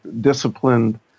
disciplined